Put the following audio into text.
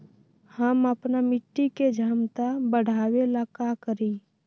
हम अपना मिट्टी के झमता बढ़ाबे ला का करी?